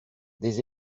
des